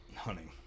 hunting